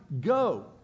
go